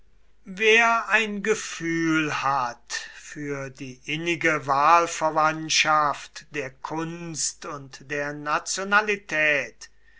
wer ein gefühl hat für die innige wahlverwandtschaft der kunst und der nationalität